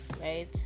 right